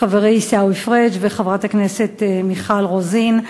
חברי עיסאווי פריג' וחברת הכנסת מיכל רוזין.